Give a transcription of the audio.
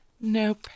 nope